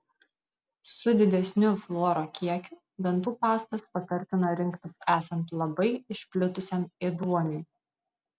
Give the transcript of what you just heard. su didesniu fluoro kiekiu dantų pastas patartina rinktis esant labai išplitusiam ėduoniui